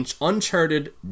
Uncharted